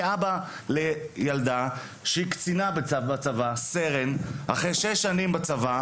אני אבא לילדה שהיא קצינה בדרגת סרן בצבא.